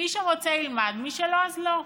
מי שרוצה ילמד, מי שלא אז לא.